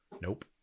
Nope